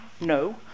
No